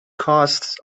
costs